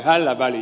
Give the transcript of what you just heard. hällä väliä